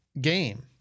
game